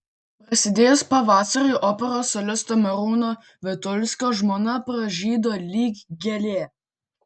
prasidėjus pavasariui operos solisto merūno vitulskio žmona pražydo lyg gėlė